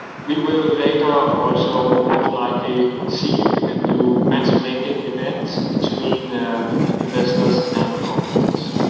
we will later also most likely see if we can do matchmaking events between investors and operators.